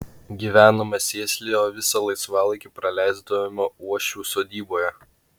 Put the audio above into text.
gyvenome sėsliai o visą laisvalaikį praleisdavome uošvių sodyboje